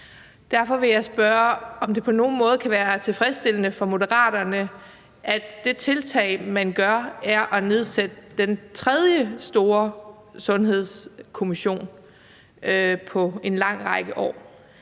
Derfor vil jeg spørge, om det på nogen måde kan være tilfredsstillende for Moderaterne, at det tiltag, man laver, er at nedsætte den tredje store sundhedskommission på en lang række år.